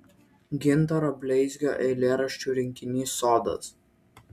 gintaro bleizgio eilėraščių rinkinys sodas